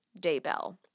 Daybell